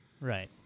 Right